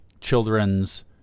children's